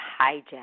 hijack